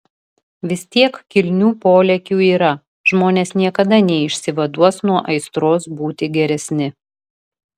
vis tiek kilnių polėkių yra žmonės niekada neišsivaduos nuo aistros būti geresni